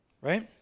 Right